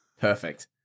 Perfect